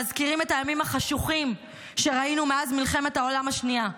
מזכירים את הימים החשוכים שראינו מאז מלחמת העולם השנייה,